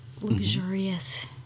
luxurious